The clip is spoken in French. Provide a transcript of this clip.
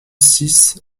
six